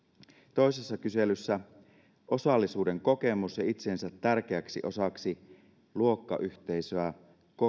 toisessa kyselyssä osallisuuden kokemus ja itsensä tärkeäksi osaksi luokkayhteisöä